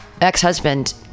ex-husband